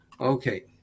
Okay